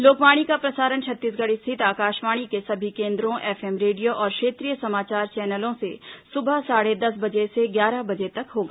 लोकवाणी का प्रसारण छत्तीसगढ़ स्थित आकाशवाणी के सभी केन्द्रों एफएम रेडियो और क्षेत्रीय समाचार चैनलों से सुबह साढे दस बजे से ग्यारह बजे तक होगा